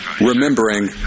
remembering